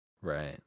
Right